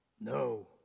No